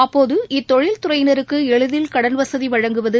அப்போது இத்தொழில் துறையினருக்கு எளிதில் கடன் வசதி வழங்குவது